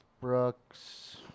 Brooks